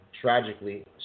tragically